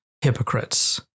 hypocrites